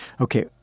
Okay